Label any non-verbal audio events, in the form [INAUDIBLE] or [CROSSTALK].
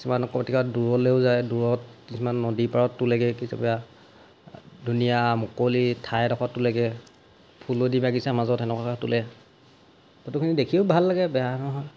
কিছুমান [UNINTELLIGIBLE] দূৰলৈও যায় দূৰত কিছুমান নদী পাৰত তোলেগৈ কেতিয়াবা ধুনীয়া মুকলি ঠাই এডখৰত তোলেগৈ ফুলনি বাগিচা মাজত তেনেকুৱাকৈ তোলে ফটোখিনি দেখিও ভাল লাগে বেয়া নহয়